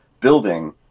building